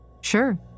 Sure